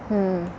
hmm